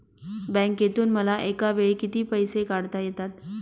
बँकेतून मला एकावेळी किती पैसे काढता येतात?